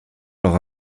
leurs